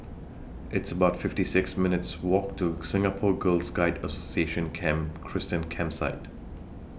It's about fifty six minutes' Walk to Singapore Girl Guides Association Camp Christine Campsite